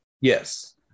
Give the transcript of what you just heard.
Yes